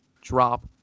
drop